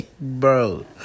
Bro